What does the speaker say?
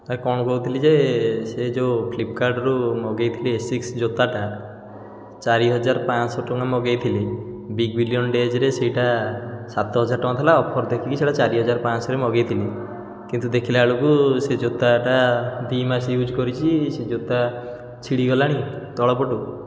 କ'ଣ କହୁଥିଲି ଯେ ସେ ଯେଉଁ ଫ୍ଲିପିକାର୍ଟରୁ ମଗେଇଥିଲି ଆସିକ୍ସ ଜୋତାଟା ଚାରି ହଜାର ପାଞ୍ଚଶହ ଟଙ୍କା ମଗେଇଥିଲି ବିଗ୍ ବିଲିଅନ୍ ଡେଜ୍ରେ ସେଇଟା ସାତ ହଜାର ଟଙ୍କା ଥିଲା ଅଫର୍ ଦେଖିଲି ସେଇଟା ଚାରି ହଜାର ପାଞ୍ଚଶହରେ ମଗେଇଥିଲି କିନ୍ତୁ ଦେଖିଲା ବେଳକୁ ସେ ଜୋତାଟା ଦୁଇମାସ ୟୁଜ୍ କରିଛି ସେ ଜୋତା ଛିଡ଼ିଗଲାଣି ତଳପଟୁ